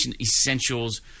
Essentials